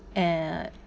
and